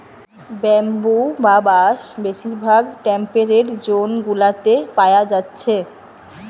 bamboo বা বাঁশ বেশিরভাগ টেম্পেরেট জোন গুলাতে পায়া যাচ্ছে